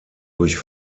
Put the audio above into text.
durch